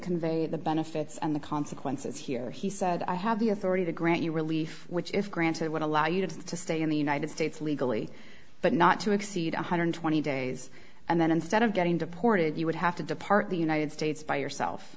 convey the benefits and the consequences here he said i have the authority to grant you relief which if granted would allow you to stay in the united states legally but not to exceed one hundred twenty days and then instead of getting deported you would have to depart the united states by yourself